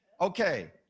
Okay